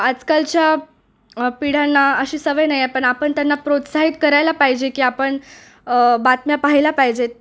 आजकालच्या पिढ्यांना अशी सवय नाही आहे पण आपण त्यांना प्रोत्साहित करायला पाहिजे की आपण बातम्या पाहायला पाहिजेत